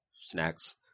snacks